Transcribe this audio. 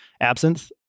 absinthe